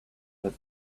that